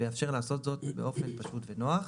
,ויאפשר לעשות זאת באופן פשוט ונוח.